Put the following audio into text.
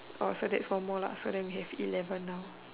oh so that's one more lah so that we have eleven now